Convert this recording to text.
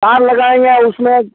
तार लगाएँगे उसमें